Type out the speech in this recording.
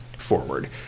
forward